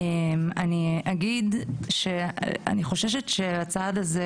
אני חוששת שהצעד הזה,